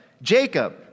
Jacob